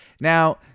Now